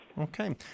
Okay